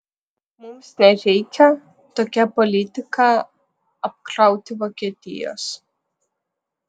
mums nereikia tokia politika apkrauti vokietijos